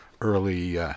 early